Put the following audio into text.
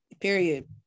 Period